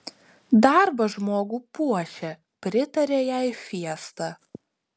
darbas žmogų puošia pritarė jai fiesta